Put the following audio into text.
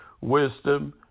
wisdom